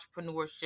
entrepreneurship